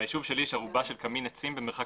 ביישוב שלי יש ארובה של קמין עצים במרחק